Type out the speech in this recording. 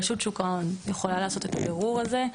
רשות שוק ההון יכולה לעשות את הבירור הזה,